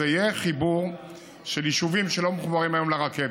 זה יהיה חיבור של יישובים שלא מחוברים היום לרכבת,